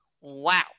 Wow